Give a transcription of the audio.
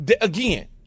Again